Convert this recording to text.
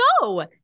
go